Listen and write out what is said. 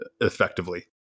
effectively